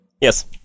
Yes